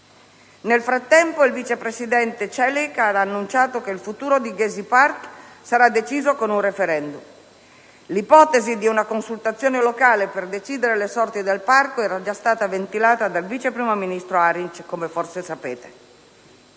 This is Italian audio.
Nel frattempo, il vice presidente dell'AKP, Celik, ha annunciato che il futuro di Gezi Park sarà deciso con un *referendum*. L'ipotesi di una consultazione locale per decidere le sorti del parco era stata già ventilata dal vice primo ministro Arinç, come forse sapete.